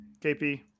KP